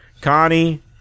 Connie